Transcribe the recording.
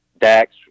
Dax